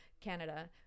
Canada –